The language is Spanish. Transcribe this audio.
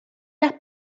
las